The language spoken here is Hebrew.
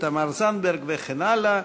תמר זנדברג וכן הלאה.